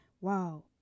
Wow